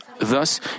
Thus